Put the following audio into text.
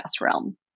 realm